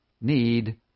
need